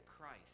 Christ